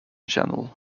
channel